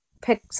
pick